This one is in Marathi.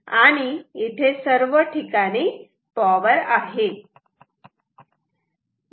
आणि इथे सर्व ठिकाणी पॉवर आहे